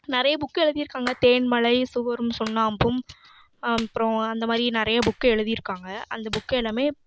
நிறைய புக்கு எழுதி இருக்காங்க தேன்மழை சுவரும் சுண்ணாம்பும் அப்புறோம் அந்த மாதிரி நிறையா புக்கு எழுதி இருக்காங்க அந்த புக்கு எல்லாமே